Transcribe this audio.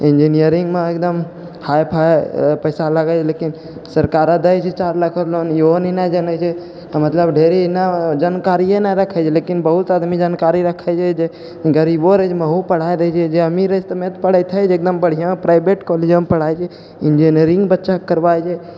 इन्जिनियरिंगमे एकदम hi fi पैसा लगै छै लेकिन सरकार दै छै चार लाख लोन यहो नहि जे नहि छै तऽ मतलब ढेरी नहि जानकारिए नहि रखै छै लेकिन बहुत आदमी जानकारी रखै छै जे गरीबो रहै छै ओहो पढ़ाय दै छै जे अमीर रहै छै एकदम बढ़िआँ प्राइवेटो कॉलेजमे पढ़ाय दै छै इन्जिनियरिंग बच्चाके करबाइ जे